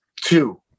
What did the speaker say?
two